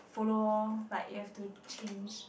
follow orh like you have to change